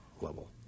level